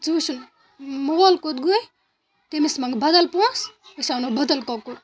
ژٕ وُچھُن مول کوٚت گوٚے تٔمِس منٛگ بدل پونٛسہٕ أسۍ اَنو بدل کۄکُر